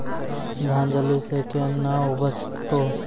धान जल्दी से के ना उपज तो?